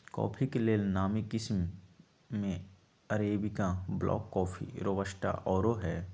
coffee के लेल नामी किशिम में अरेबिका, ब्लैक कॉफ़ी, रोबस्टा आउरो हइ